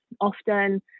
Often